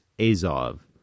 azov